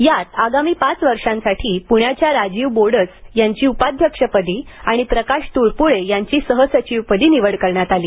यात आगामी पाच वर्षांसाठी पुण्याच्या राजीव बोडस यांची उपाध्यक्षपदी आणि प्रकाश तुळपुळे यांची सहसचिवपदी निवड करण्यात आली